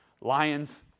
lions